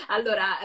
Allora